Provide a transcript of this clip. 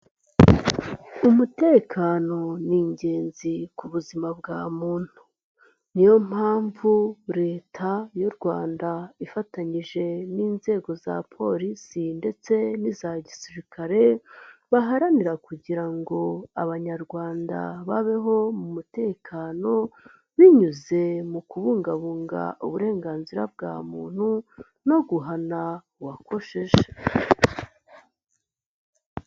Umutekano ni ingenzi ku buzima bwa muntu. Ni yo mpamvu Leta y'u Rwanda ifatanyije n'inzego za polisi ndetse n'iza gisirikare baharanira kugira ngo Abanyarwanda babeho mu mutekano, binyuze mu kubungabunga uburenganzira bwa muntu no guhana uwakosheje.